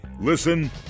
Listen